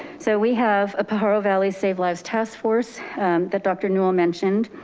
so we have a powell valley save lives task force that dr. newel mentioned.